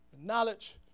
Knowledge